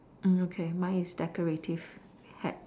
mm okay mine is decorative hat